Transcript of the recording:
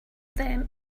them